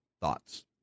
Thoughts